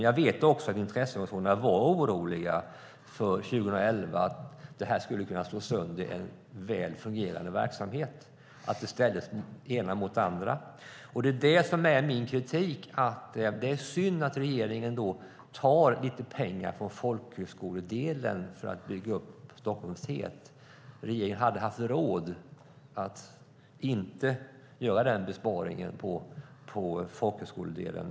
Jag vet också att intresseorganisationerna 2011 var oroliga för att detta skulle kunna slå sönder en väl fungerande verksamhet genom att det ena ställdes mot det andra. Det är synd att regeringen tar lite pengar från folkhögskoledelen för att bygga upp detta vid Stockholms universitet. Regeringen hade haft råd att låta bli att göra den besparingen på folkhögskoledelen.